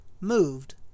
moved